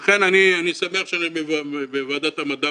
לכן אני שמח שאני בוועדת המדע,